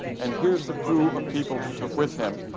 and here's the crew of people he took with him,